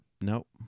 nope